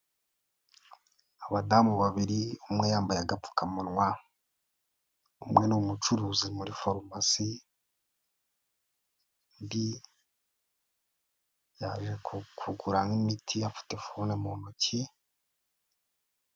Abadamu babiri, umwe yambaye agapfukamunwa, umwe ni umucuruzi muri Farumasi undi yaje kukugura nk'imiti afate fone mu ntoki.